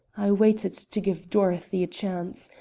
i waited to give dorothy a chance.